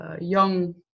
young